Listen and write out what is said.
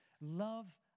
love